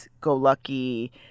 go-lucky